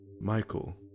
Michael